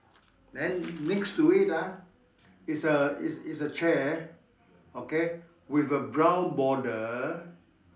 then next to it ah is a is is a chair okay with a brown border